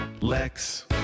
Lex